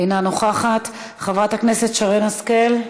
אינה נוכחת, חברת הכנסת שרן השכל,